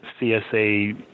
CSA